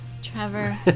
Trevor